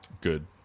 Good